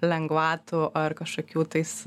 lengvatų ar kažkokių tais